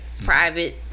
private